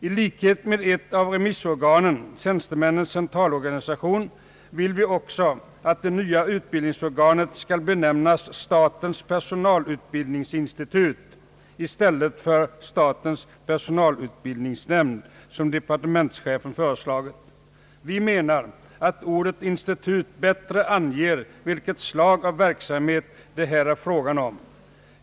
I likhet med ett av remissorganen, Tjänstemännens centralorganisation, vill vi också att det nya utbildningsorganet skall benämnas statens personalutbildningsinstitut i stället för statens personalutbildningsnämnd, som departementschefen har föreslagit. Vi menar att ordet institut bättre anger vilket slag av verksamhet det här är fråga om.